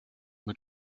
mit